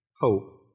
hope